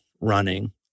running